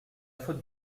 faute